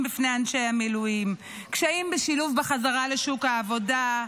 בפני אנשי המילואים: קשיים בשילוב בחזרה לשוק העבודה,